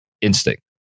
instinct